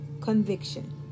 conviction